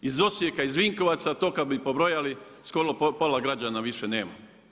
Iz Osijeka, iz Vinkovaca, to kad bi pobrojala, skoro pola građana više nema.